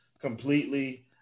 completely